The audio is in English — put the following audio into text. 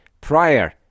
prior